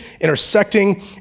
intersecting